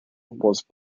was